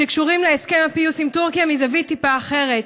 שקשורים להסכם הפיוס עם טורקיה מזווית טיפה אחרת.